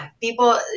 people